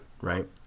right